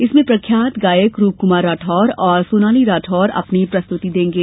इसमें प्रख्यात गायक रूप कुमार राठोर और सोनाली राठोर अपनी प्रस्तुति देंगे